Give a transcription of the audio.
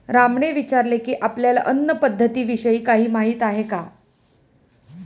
रामने विचारले की, आपल्याला अन्न पद्धतीविषयी काही माहित आहे का?